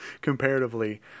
comparatively